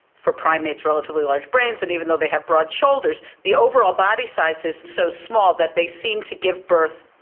for primates, relatively large brains, and even though they have broad shoulders, the overall body size is so small that they seem to give birth,